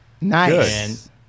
Nice